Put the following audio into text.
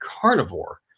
carnivore